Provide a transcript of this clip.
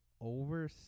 over